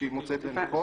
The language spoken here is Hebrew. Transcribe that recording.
כשהיא מוצאת לנכון.